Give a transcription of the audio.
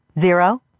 zero